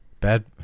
Bad